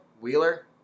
Wheeler